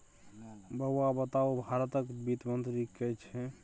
बौआ बताउ भारतक वित्त मंत्री के छै?